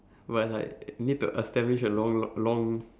but like need to establish a long l~ long